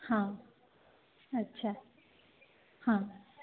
ହଁ ଆଚ୍ଛା ହଁ